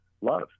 love